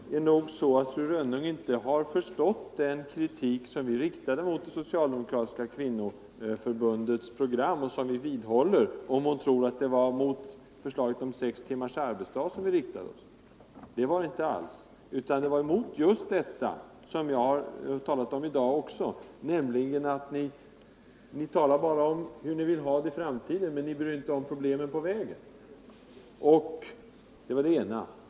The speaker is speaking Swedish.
Herr talman! Fru Rönnung har nog inte förstått den kritik som vi riktade mot det socialdemokratiska kvinnoförbundets program, och som vi vidhåller, om hon tror att det var förslaget om sex timmars arbetsdag som vi kritiserade. Det var det inte alls. För det första reagerade vi mot, att ni bara talar om hur ni vill ha det i framtiden, men inte bryr er om problemen på vägen.